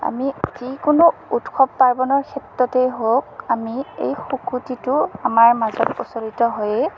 আমি যিকোনো উৎসৱ পাৰ্বণৰ ক্ষেত্ৰতেই হওঁক আমি এই শুকুটিটো আমাৰ মাজত প্ৰচলিত হৈয়ে